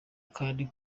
kandi